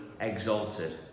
exalted